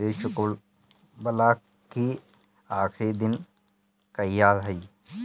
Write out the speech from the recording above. ऋण चुकव्ला के आखिरी दिन कहिया रही?